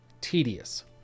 tedious